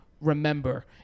remember